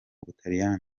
butaliyani